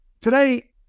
today